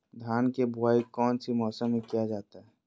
धान के बोआई कौन सी मौसम में किया जाता है?